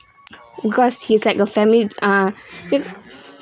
because he's like a family ah because